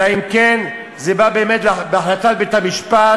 אלא אם כן זה בא באמת בהחלטת בית-המשפט,